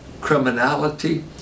criminality